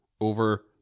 over